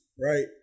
right